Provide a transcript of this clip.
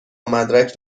مدرک